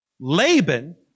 Laban